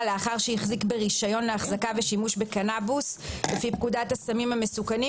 לאחר שהחזיק ברישיון להחזקה ושימוש בקנבוס לפי פקודת הסמים המסוכנים,